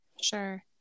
sure